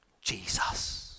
Jesus